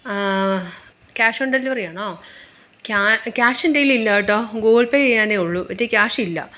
cash on ഡെലിവറിയാണോ ക്യാ ക്യാഷെൻറ്റേയിലില്ലാട്ടോ ഗൂഗിൾ പേ ചെയ്യാനേ ഉള്ളു മറ്റേ ക്യാഷില്ല